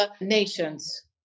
nations